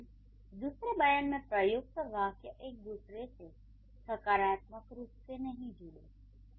यानी दूसरे बयान में प्रयुक्त वाक्य एक दूसरे से सकारात्मक रूप से नहीं जुड़े हैं